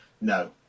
No